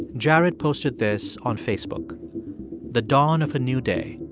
jerad posted this on facebook the dawn of a new day,